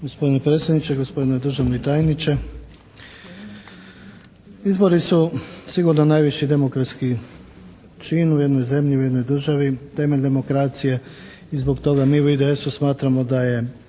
Gospodine predsjedniče, gospodine državni tajniče. Izbori su sigurno najviši demokratski čin u jednoj zemlji, u jednoj državi, temelj demokracije i zbog toga mi u IDS-u smatramo da je